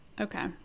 Okay